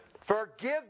Forgive